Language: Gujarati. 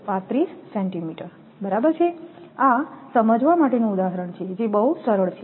935 સેન્ટીમીટર બરાબર આ સમજવા માટેનું ઉદાહરણ છે જે બહુ સરળ છે